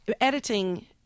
editing